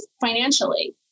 financially